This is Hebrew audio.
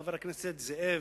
חבר הכנסת זאב,